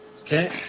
okay